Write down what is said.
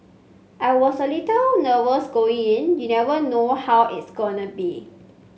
I was a little nervous going in you never know how it's going to be